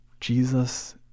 Jesus